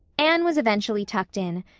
anne was eventually tucked in,